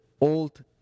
old